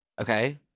Okay